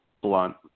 Blunt